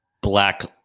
black